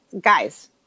guys